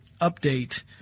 update